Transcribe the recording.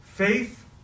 Faith